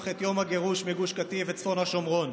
את יום הגירוש מגוש קטיף ומצפון השומרון,